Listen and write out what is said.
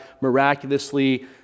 miraculously